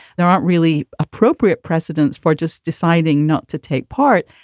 there aren't really appropriate precedents for just deciding not to take part.